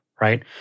right